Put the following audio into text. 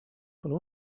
pole